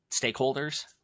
stakeholders